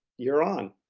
you're on.